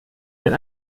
den